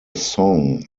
song